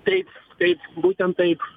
taip taip būtent taip